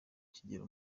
kigero